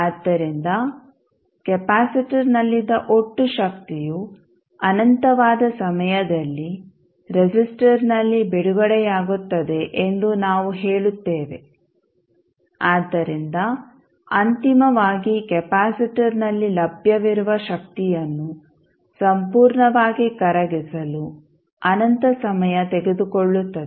ಆದ್ದರಿಂದ ಕೆಪಾಸಿಟರ್ನಲ್ಲಿದ್ದ ಒಟ್ಟು ಶಕ್ತಿಯು ಅನಂತವಾದ ಸಮಯದಲ್ಲಿ ರೆಸಿಸ್ಟರ್ನಲ್ಲಿ ಬಿಡುಗಡೆಯಾಗುತ್ತದೆ ಎಂದು ನಾವು ಹೇಳುತ್ತೇವೆ ಆದ್ದರಿಂದ ಅಂತಿಮವಾಗಿ ಕೆಪಾಸಿಟರ್ನಲ್ಲಿ ಲಭ್ಯವಿರುವ ಶಕ್ತಿಯನ್ನು ಸಂಪೂರ್ಣವಾಗಿ ಕರಗಿಸಲು ಅನಂತ ಸಮಯ ತೆಗೆದುಕೊಳ್ಳುತ್ತದೆ